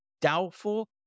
doubtful